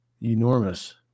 enormous